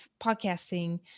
podcasting